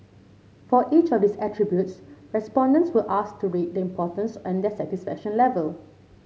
for each of these attributes respondents will asked to rate the importance and their satisfaction level